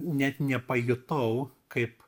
net nepajutau kaip